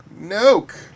Noke